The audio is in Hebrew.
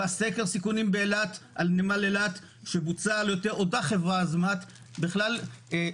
וסקר הסיכונים על נמל אילת שבוצע על ידי אותה חברת עשה סקר